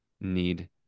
need